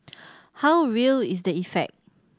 how real is the effect